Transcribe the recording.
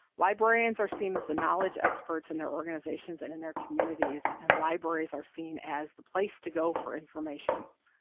librarians are seen as the knowledge experts in their organizations and in their communities and libraries are seen as the place to go for information,